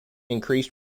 increased